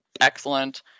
excellent